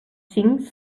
cinc